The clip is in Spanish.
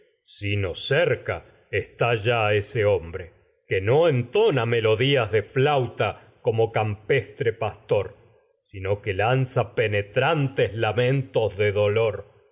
sino cerca está ya de ese hombre que no entona pastor melodías lanza flauta como campestre sino que penetrantes lamentos de dolor